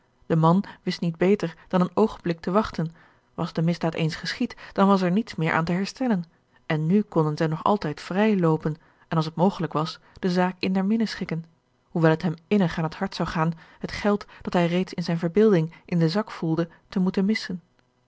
de man wist niet beter dan een oogenblik te wachten was de misdaad eens gcschied dan was er niets meer aan te herstellen en nu konden zij nog altijd vrij loopen en als het mogelijk was de zaak in der minne schikken hoewel het hem innig aan het hart zou gaan het geld dat hij reeds in zijne verbeelding in den zak voelde te moeten missen